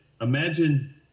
imagine